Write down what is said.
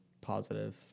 positive